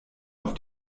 auf